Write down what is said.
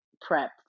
prep